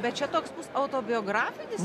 bet čia toks bus autobiografinis